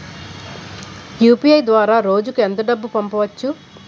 UPI ద్వారా రోజుకి ఎంత డబ్బు పంపవచ్చు?